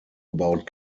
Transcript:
about